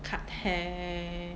cut hair